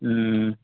ಹ್ಞೂ